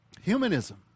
Humanism